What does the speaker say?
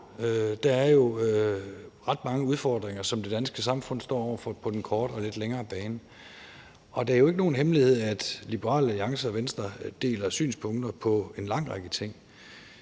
Der er jo ret mange udfordringer, som det danske samfund står over for på den korte og den lidt længere bane. Og det er jo ikke nogen hemmelighed, at Liberal Alliance og Venstre deler synspunkter om en lang række ting,